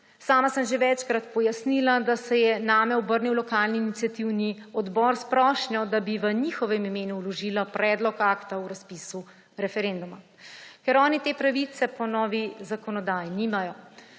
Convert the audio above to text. Sama sem že večkrat pojasnila, da se je name obrnil lokalni iniciativni odbor s prošnjo, da bi v njihovem imenu vložila predlog akta o razpisu referenduma, ker oni te pravice po novi zakonodaji nimajo.